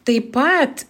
taip pat